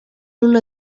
una